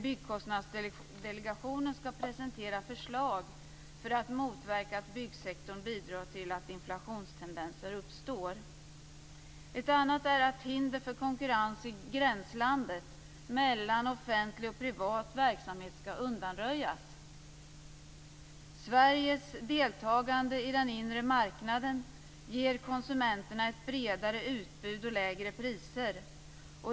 Byggkostnadsdelegationen skall presentera förslag för att motverka att byggsektorn bidrar till att inflationstendenser uppstår. En annan åtgärd är att hinder för konkurrens i gränslandet mellan offentlig och privat verksamhet skall undanröjas. Sveriges deltagande i den inre marknaden ger konsumenterna ett bredare utbud och lägre priser.